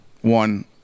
One